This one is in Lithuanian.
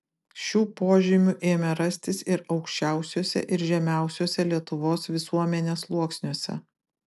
šių požymių ėmė rastis ir aukščiausiuose ir žemiausiuose lietuvos visuomenės sluoksniuose